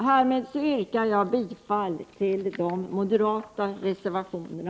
Härmed yrkar jag bifall till de moderata reservationerna.